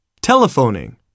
Telephoning